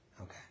Okay